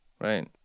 right